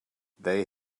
they